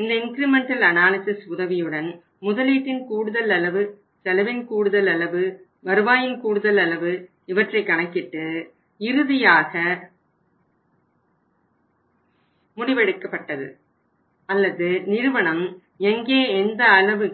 இந்த incremental analysis உதவியுடன் முதலீட்டின் கூடுதல் அளவு செலவின் கூடுதல் அளவு வருவாயின் கூடுதல் அளவு இவற்றைக் கணக்கிட்டு இறுதியாக முடிவெடுக்கப்பட்டது அல்லது நிறுவனம் எங்கே எந்த அளவு